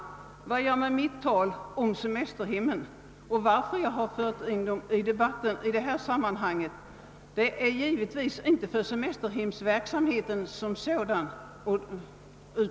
Att jag fört in semesterhemmen i debatten i detta sammanhang beror givetvis inte på semesterhemsverksamheten som sådan.